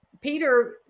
Peter